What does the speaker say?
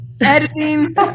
editing